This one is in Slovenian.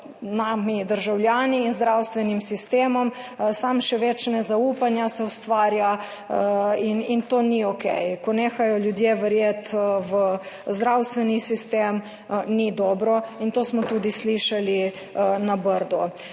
nami državljani in zdravstvenim sistemom, samo še več nezaupanja se ustvarja in to ni okej. Ko ljudje nehajo verjeti v zdravstveni sistem, ni dobro, in to smo tudi slišali na Brdu.